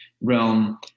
realm